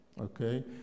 Okay